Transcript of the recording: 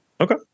Okay